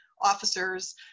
officers